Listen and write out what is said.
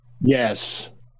yes